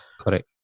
Correct